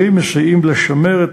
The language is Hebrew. כי תקציבי שיווק מוגברים מסייעים לשמר את